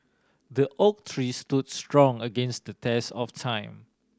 the oak tree stood strong against the test of time